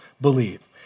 believe